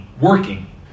working